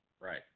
Right